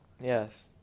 Yes